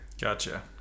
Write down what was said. Gotcha